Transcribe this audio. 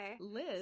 liz